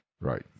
Right